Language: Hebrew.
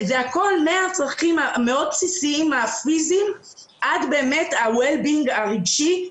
זה הכול מהצרכים המאוד בסיסיים הפיזיים עד באמת הקיום הרגשי.